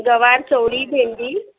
गवार चवळी भेंडी